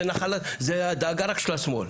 זה דאגה רק של השמאל.